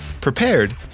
prepared